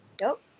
Nope